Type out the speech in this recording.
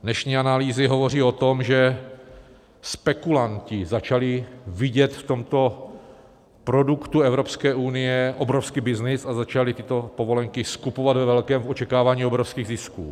Dnešní analýzy hovoří o tom, že spekulanti začali vidět v tomto produktu Evropské unie obrovský byznys a začali tyto povolenky skupovat ve velkém v očekávání obrovských zisků.